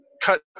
cut